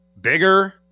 bigger